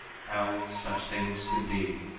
how such things could be,